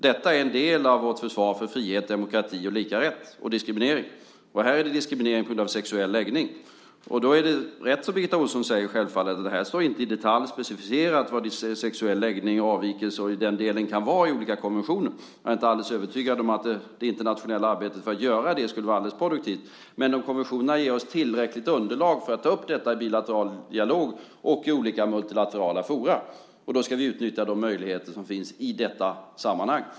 Detta är en del av vårt försvar för frihet, demokrati och lika rätt och mot diskriminering. Här handlar det om diskriminering på grund av sexuell läggning. Då är det självfallet rätt som Birgitta Ohlsson säger, att det i olika konventioner inte i detalj står specificerat vad sexuell läggning och avvikelse i den delen kan vara. Jag är inte alldeles övertygad om att det internationella arbetet för att specificera det skulle vara helt produktivt. Men om konventionerna ger oss tillräckligt underlag att ta upp detta i bilateral dialog och i olika multilaterala forum ska vi utnyttja de möjligheter som finns i detta sammanhang.